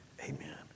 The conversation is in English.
Amen